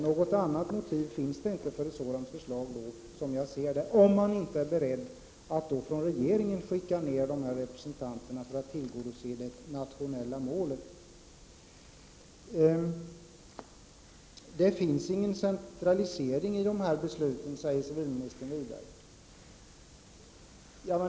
Något annat motiv finns det inte för ett sådant förslag, som jag ser det, om man inte är beredd att från regeringen skicka dessa representanter för att tillgodose de nationella målen. Civilministern säger vidare att dessa beslut inte innebär någon centralisering.